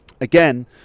Again